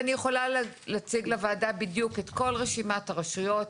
אני יכולה להציג לוועדה בדיוק את כל רשימת הרשויות,